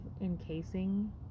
encasing